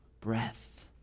breath